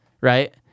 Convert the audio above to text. right